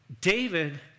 David